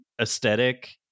aesthetic